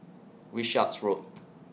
Wishart's Road